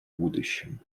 будущем